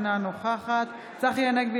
אינה נוכחת צחי הנגבי,